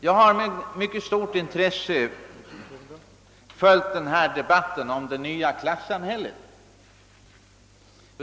Jag har med mycket stort intresse följt diskussionen om »det nya klassamhället».